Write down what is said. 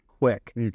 quick